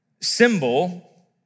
symbol